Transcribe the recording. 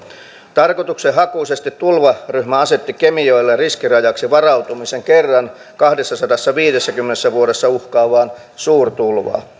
tarkoituksenhakuisesti tulvaryhmä asetti kemijoelle riskirajaksi varautumisen kerran kahdessasadassaviidessäkymmenessä vuodessa uhkaavaan suurtulvaan